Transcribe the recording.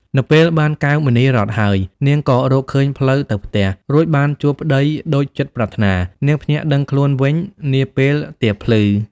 នៅពេលបានកែវមណីរត្នហើយ នាងក៏ រកឃើញផ្លូវទៅផ្ទះ រួចបានជួបប្តីដូចចិត្តប្រាថ្នា នាងភ្ញាក់ដឹងខ្លួនវិញ នាពេលទៀបភ្លឺ ។